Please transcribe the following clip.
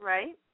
Right